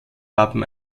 wappen